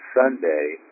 Sunday